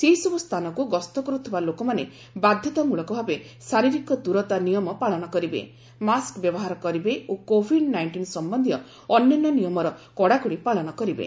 ସେହିସବୁ ସ୍ଥାନକୁ ଗସ୍ତ କରୁଥିବା ଲୋକମାନେ ବାଧ୍ୟତାମୂଳକ ଭାବେ ଶାରିରୀକ ଦୂରତା ନିୟମ ପାଳନ କରିବେ ମାସ୍କ ବ୍ୟବହାର କରିବେ ଓ କୋଭିଡ ନାଇଷ୍ଟିନ୍ ସମ୍ୟନ୍ଧୀୟ ଅନ୍ୟାନ୍ୟ ନିୟମର କଡ଼ାକଡି ପାଳନ କରିବେ